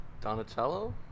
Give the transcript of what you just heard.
Donatello